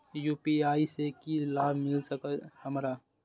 UPI से की लाभ मिल सकत हमरा?